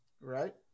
Right